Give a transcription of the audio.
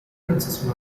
princess